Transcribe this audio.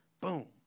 Boom